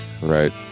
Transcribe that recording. right